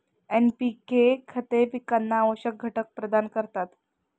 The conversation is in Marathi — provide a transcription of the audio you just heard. एन.पी.के खते पिकांना आवश्यक घटक प्रदान करतात